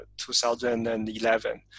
2011